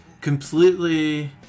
completely